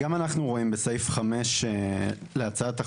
גם אנחנו רואים בסעיף 5 להצעת החוק,